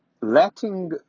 letting